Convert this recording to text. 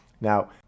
Now